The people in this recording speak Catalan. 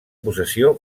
possessió